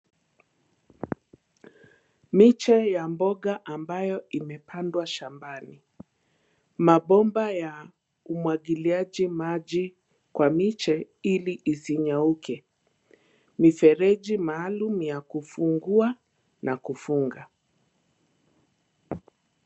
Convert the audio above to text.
Miche ya mboga ambayo imepandwa shambani, mabomba ya umwagiliaji maji kwa miche ili isinyauke, mifereji maalum ya kufungua na kufunga.